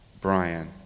Brian